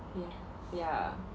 yeah yeah